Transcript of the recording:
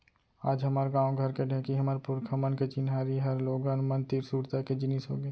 आज हमर गॉंव घर के ढेंकी हमर पुरखा मन के चिन्हारी हर लोगन मन तीर सुरता के जिनिस होगे